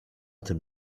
tym